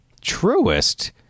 truest